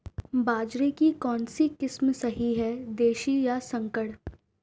बाजरे की कौनसी किस्म सही हैं देशी या संकर?